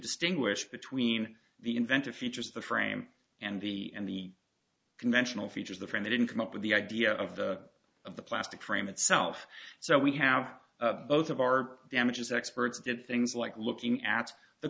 distinguish between the inventive features of the frame and the and the conventional features the frame they didn't come up with the idea of of the plastic frame itself so we have both of our damages experts did things like looking at the